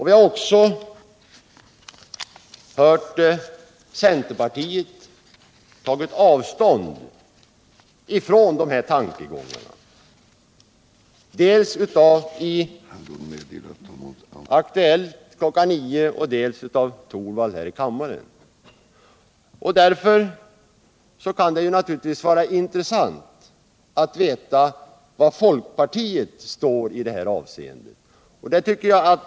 Vi har också hört centerpartister ta avstånd från dessa tankegångar, dels i Aktuellt kl. 9, dels av Rune Torwald här i kammaren. Därför kan det naturligtvis vara intressant att veta var folkpartiet står i detta avseende.